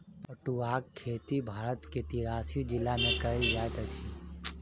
पटुआक खेती भारत के तिरासी जिला में कयल जाइत अछि